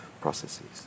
processes